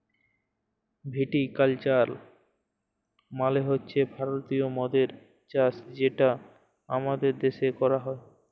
ভিটি culture মালে হছে ভারতীয় মদের চাষ যেটা আমাদের দ্যাশে ক্যরা হ্যয়